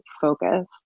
focus